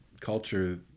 culture